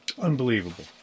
Unbelievable